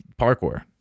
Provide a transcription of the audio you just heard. parkour